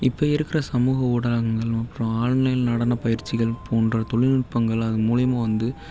இப்போ இருக்கிற சமூக ஊடகங்கள் அப்றம் ஆன்லைன் நடனப்பயிற்சிகள் போன்ற தொழில்நுட்பங்கள் அது மூலயமா வந்து